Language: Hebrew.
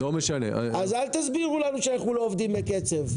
אז אל תסבירו לנו שאנחנו לא עובדים בקצב.